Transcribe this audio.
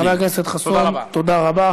חבר הכנסת חסון, תודה רבה.